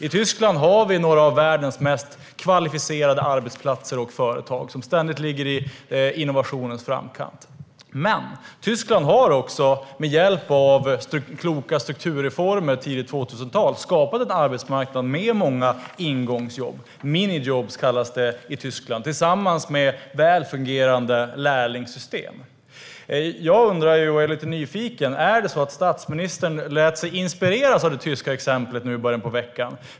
I Tyskland har vi några av världens mest kvalificerade arbetsplatser och företag, som ständigt ligger i innovationens framkant. Men Tyskland har också med hjälp av kloka strukturreformer i det tidiga 2000-talet skapat en arbetsmarknad med många ingångsjobb - minijobs kallas det i Tyskland - tillsammans med väl fungerande lärlingssystem. Jag undrar och är lite nyfiken: Är det så att statsministern lät sig inspireras av det tyska exemplet nu i början av veckan?